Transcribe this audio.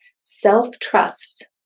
self-trust